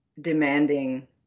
demanding